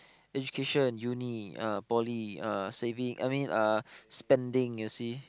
education uni ah poly ah saving I mean uh spending you see